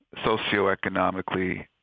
socioeconomically